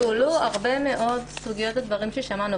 הועלו הרבה מאוד סוגיות על דברים ששמענו.